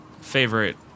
favorite